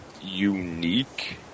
unique